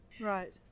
right